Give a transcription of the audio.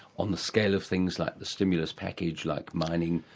on the scale of things like the stimulus package like mining,